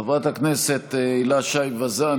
חברת הכנסת הילה שי וזאן,